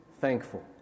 thankful